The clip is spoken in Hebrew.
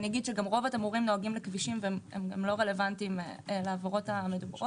רוב התמרורים נוהגים בכבישים לא רלוונטיים לעבירות הללו,